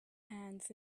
hands